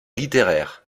littéraire